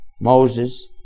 Moses